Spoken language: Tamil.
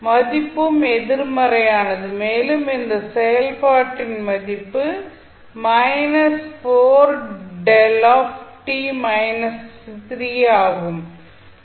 மதிப்பும் எதிர்மறையானது மேலும் இந்த செயல்பாட்டின் மதிப்பு ஆகும்